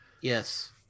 Yes